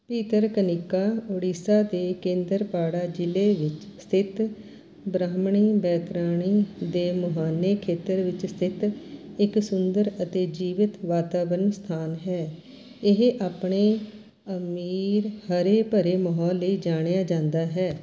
ਭੀਤਰਕਨਿਕਾ ਉੜੀਸਾ ਦੇ ਕੇਂਦਰਪਾੜਾ ਜ਼ਿਲ੍ਹੇ ਵਿੱਚ ਸਥਿਤ ਬ੍ਰਾਹਮਣੀ ਬੈਤਰਾਨੀ ਦੇ ਮੁਹਾਨੇ ਖੇਤਰ ਵਿੱਚ ਸਥਿਤ ਇੱਕ ਸੁੰਦਰ ਅਤੇ ਜੀਵਿਤ ਵਾਤਾਵਰਣ ਸਥਾਨ ਹੈ ਇਹ ਆਪਣੇ ਅਮੀਰ ਹਰੇ ਭਰੇ ਮਾਹੌਲ ਲਈ ਜਾਣਿਆ ਜਾਂਦਾ ਹੈ